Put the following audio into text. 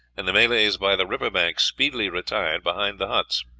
and the malays by the river bank speedily retired behind the huts.